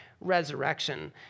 resurrection